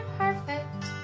perfect